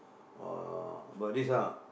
or but this ah